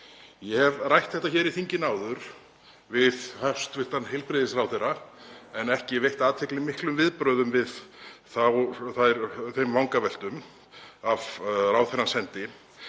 Ég hef rætt þetta hér í þinginu áður við hæstv. heilbrigðisráðherra en ekki veitt athygli miklum viðbrögðum við þeim vangaveltum af ráðherrans hendi.